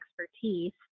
expertise